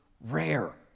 rare